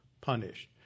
punished